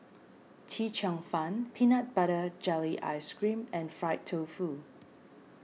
Chee Cheong Fun Peanut Butter Jelly Ice Cream and Fried Tofu